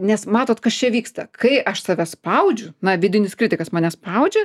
nes matot kas čia vyksta kai aš save spaudžiu na vidinis kritikas mane spaudžia